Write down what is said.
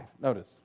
Notice